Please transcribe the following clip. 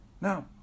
now